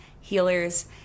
healers